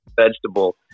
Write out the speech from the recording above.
vegetable